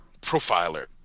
Profiler